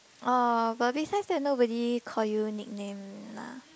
oh but besides that nobody call you nickname lah